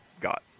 got